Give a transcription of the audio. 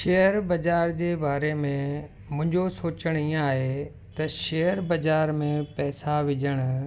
share बाज़ारि जे बारे में मुंहिंजो सोचणु ईअं आहे त शेयर बाज़ारि में पैसा विझणु